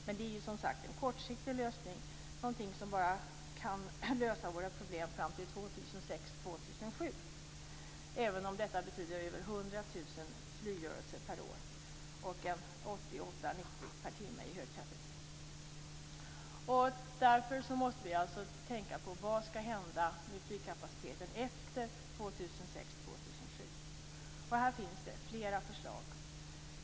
Men det är ju som sagt en kortsiktig lösning, någonting som bara kan lösa våra problem fram till 2006-2007, även om detta betyder över 100 000 flygrörelser per år och 88-90 rörelser per timme i högtrafik. Därför måste vi alltså tänka på vad som skall hända med flygkapaciteten efter 2006-2007. Här finns det flera förslag.